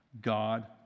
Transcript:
God